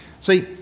See